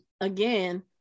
again